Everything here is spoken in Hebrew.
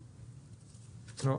אין.